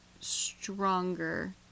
stronger